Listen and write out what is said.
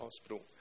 hospital